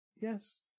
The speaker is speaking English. Yes